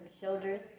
shoulders